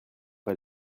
pas